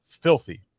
filthy